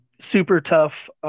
super-tough